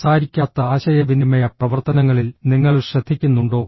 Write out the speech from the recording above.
സംസാരിക്കാത്ത ആശയവിനിമയ പ്രവർത്തനങ്ങളിൽ നിങ്ങൾ ശ്രദ്ധിക്കുന്നുണ്ടോ